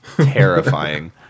Terrifying